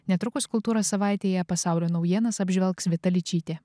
netrukus kultūros savaitėje pasaulio naujienas apžvelgs vita ličytė